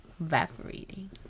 evaporating